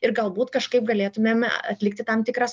ir galbūt kažkaip galėtumėme atlikti tam tikras